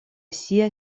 sia